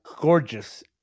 gorgeous